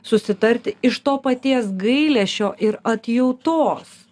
susitarti iš to paties gailesčio ir atjautos